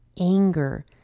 anger